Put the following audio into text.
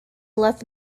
left